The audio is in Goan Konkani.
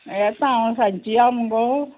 येता हांव सांची या मुगो